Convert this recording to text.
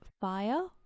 fire